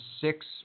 six